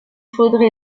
faudrait